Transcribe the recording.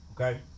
okay